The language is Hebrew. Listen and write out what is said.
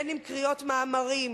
קריאת מאמרים,